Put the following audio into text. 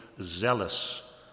zealous